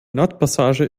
nordpassage